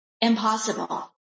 impossible